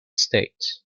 states